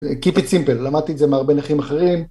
Keep it simple, למדתי את זה מהרבה נכים אחרים.